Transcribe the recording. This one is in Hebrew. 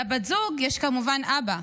לבת זוג יש כמובן אבא.